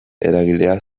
eragilea